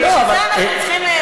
אבל בשביל זה אנחנו צריכים,